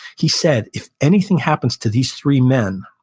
he said, if anything happens to these three men,